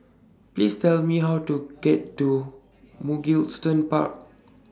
Please Tell Me How to get to Mugliston Park